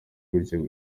gutyo